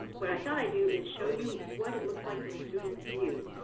what i thought i'd do is show you what it looks like from the student view.